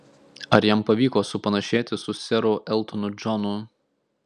ar jam pavyko supanašėti su seru eltonu džonu